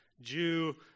Jew